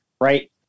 Right